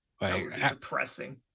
depressing